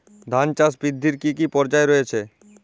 ধান চাষ বৃদ্ধির কী কী পর্যায় রয়েছে?